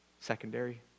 secondary